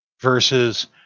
Versus